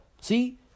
See